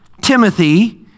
Timothy